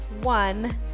one